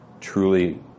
truly